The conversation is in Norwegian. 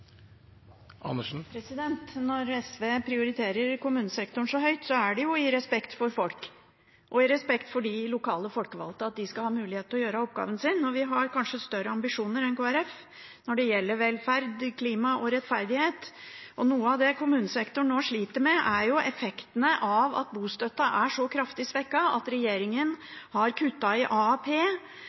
på. Når SV prioriterer kommunesektoren så høyt, er det i respekt for folk og de lokale folkevalgte – at de skal ha mulighet til å gjøre oppgaven sin. Vi har kanskje større ambisjoner enn Kristelig Folkeparti når det gjelder velferd, klima og rettferdighet. Noe av det kommunesektoren nå sliter med, er effektene av at bostøtten er så kraftig svekket, at regjeringen har kuttet i AAP,